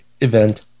event